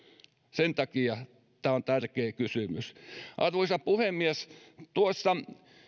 sen takia tämä on tärkeä kysymys arvoisa puhemies tuossa